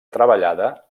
treballada